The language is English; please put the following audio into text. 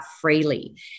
freely